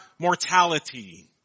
Mortality